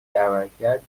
عملکرد